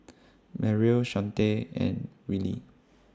Merrill Shawnte and Wiley